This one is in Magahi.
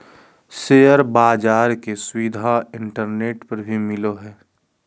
शेयर बाज़ार के सुविधा इंटरनेट पर भी मिलय हइ